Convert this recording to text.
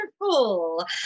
wonderful